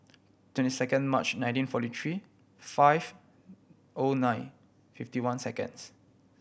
twenty second March nineteen forty three five O nine fifty one seconds